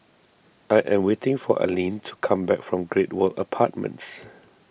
I am waiting for Alene to come back from Great World Apartments